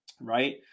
right